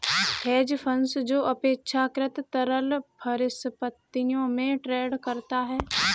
hedge fund जो अपेक्षाकृत तरल परिसंपत्तियों में ट्रेड करता है